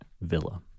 villa